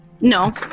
No